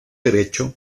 derecho